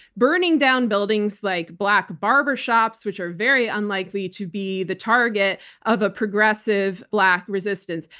burning down buildings like black barber shops, which are very unlikely to be the target of a progressive black resistance.